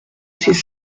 ces